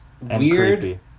weird